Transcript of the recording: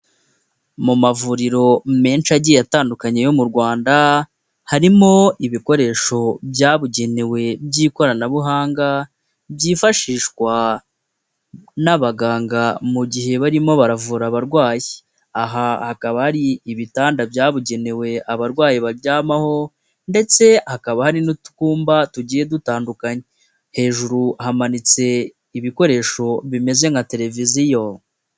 Mu mavuriro menshi agiye atandukanye yo mu rwanda harimo ibikoresho byabugenewe by'ikoranabuhanga byifashishwa n'abaganga mu gihe barimo baravura abarwayi aha hakaba hari ibitanda byabugenewe abarwayi baryamaho ndetse hakaba hari n'utwumba tugiye dutandukanye hejuru hamanitse ibikoresho bimeze nka televiziyo.